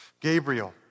Gabriel